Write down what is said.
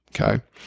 Okay